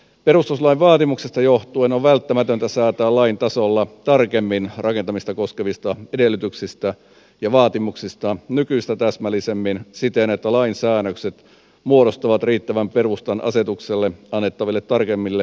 perustuslain vaatimuksista johtuen on välttämätöntä säätää lain tasolla rakentamista koskevista edellytyksistä ja vaatimuksista nykyistä täsmällisemmin siten että lain säännökset muodostavat riittävän perustan asetuksella annettaville tarkemmille säännöksille